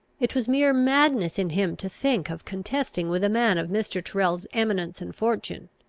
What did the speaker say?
it was mere madness in him to think of contesting with a man of mr. tyrrel's eminence and fortune.